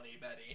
Betty